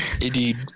Indeed